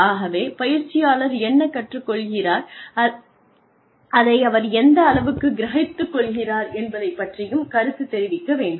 ஆகவே பயிற்சியாளர் என்ன கற்றுக் கொள்கிறார் அதை அவர் எந்த அளவுக்கு கிரகித்துக் கொள்கிறார் என்பதைப் பற்றியும் கருத்து தெரிவிக்க வேண்டும்